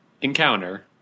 encounter